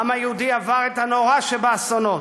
העם היהודי עבר את הנורא שבאסונות.